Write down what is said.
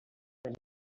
when